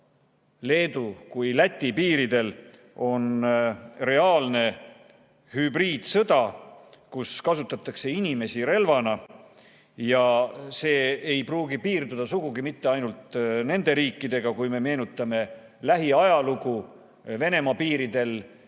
Leedu ja Läti piiridel on reaalne hübriidsõda, kus kasutatakse inimesi relvana. See ei pruugi piirduda sugugi mitte ainult nende riikidega. Kui me meenutame lähiajalugu Venemaa piiridel,